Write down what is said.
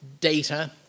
data